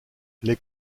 les